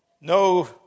No